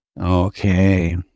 Okay